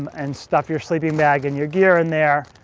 and stuff your sleeping bag and your gear in there.